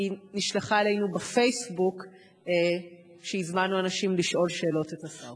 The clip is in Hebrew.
היא נשלחה אלינו ב"פייסבוק" כשהזמנו אנשים לשאול את השר שאלות.